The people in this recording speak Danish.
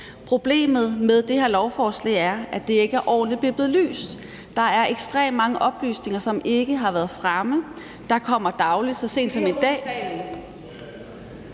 Problemet med det her lovforslag er, at det ikke er ordentligt belyst. Der er ekstremt mange oplysninger, som ikke har været fremme. Der kommer dagligt flere, og så sent som i dag